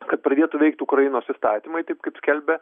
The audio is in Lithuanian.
kad pradėtų veikti ukrainos įstatymai taip kaip skelbia